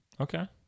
Okay